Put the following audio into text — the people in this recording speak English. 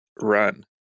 run